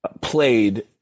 played